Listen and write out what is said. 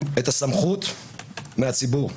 הסמכות מהציבור.